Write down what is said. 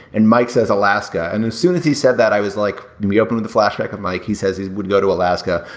and mike says alaska. and as soon as he said that i was like me opening the flashback of mike. he says he would go to alaska.